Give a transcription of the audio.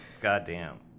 goddamn